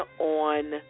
on